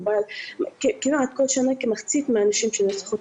כמעט כל שנה כמחצית מהנשים שנרצחות